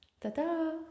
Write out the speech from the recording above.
Ta-da